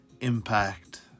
impact